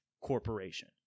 corporation